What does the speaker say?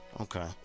Okay